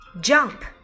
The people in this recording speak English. jump